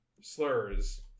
slurs